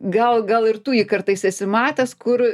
gal gal ir tu jį kartais esi matęs kur